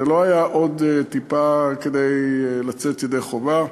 זה לא היה עוד טיפה כדי לצאת ידי חובה.